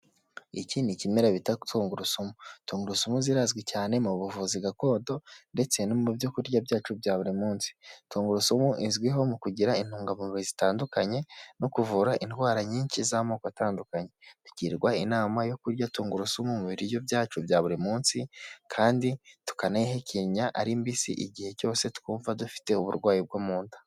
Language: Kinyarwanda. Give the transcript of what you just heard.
Iki ni ikimera bita tungurusumu. Tungurusumu zirazwi cyane mu buvuzi gakondo ndetse no mu byo kurya byacu bya buri munsi. Tungurusumu izwiho mu kugira intungamubiri zitandukanye, no kuvura indwara nyinshi z'amoko atandukanye. Tugirwa inama yo kurya tungurusumu mu biryo byacu bya buri munsi, kandi tukanayihekenya ari mbisi igihe cyose twumva dufite uburwayi bwo mu nda.